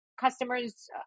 customer's